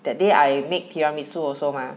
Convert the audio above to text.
that day I make tiramisu also mah